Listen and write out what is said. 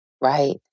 Right